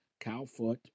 Cowfoot